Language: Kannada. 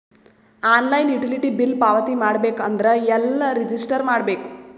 ಆನ್ಲೈನ್ ಯುಟಿಲಿಟಿ ಬಿಲ್ ಪಾವತಿ ಮಾಡಬೇಕು ಅಂದ್ರ ಎಲ್ಲ ರಜಿಸ್ಟರ್ ಮಾಡ್ಬೇಕು?